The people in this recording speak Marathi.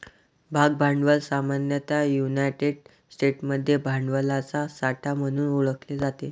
भाग भांडवल सामान्यतः युनायटेड स्टेट्समध्ये भांडवलाचा साठा म्हणून ओळखले जाते